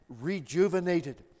rejuvenated